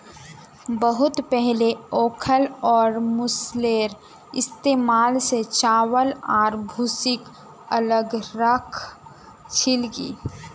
बहुत पहले ओखल और मूसलेर इस्तमाल स चावल आर भूसीक अलग राख छिल की